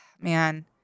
man